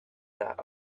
that